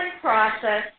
process